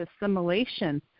assimilation